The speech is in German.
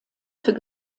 für